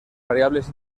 variables